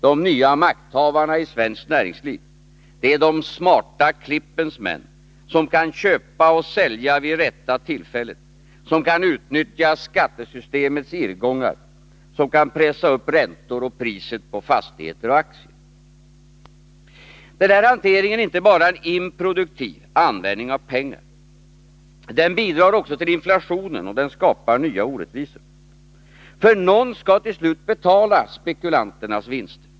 De nya makthavarna i svenskt näringsliv är de smarta klippens män, som kan köpa och sälja vid rätta tillfället, som kan utnyttja skattesystemets irrgångar, som kan pressa upp räntor och priser på fastigheter och aktier. Den här hanteringen är inte bara en improduktiv användning av pengar. Den bidrar också till inflationen, och den skapar nya orättvisor. För någon skall ju till slut betala spekulanternas vinster.